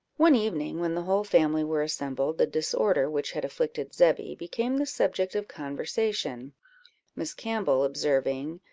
one evening, when the whole family were assembled, the disorder which had afflicted zebby became the subject of conversation miss campbell observing,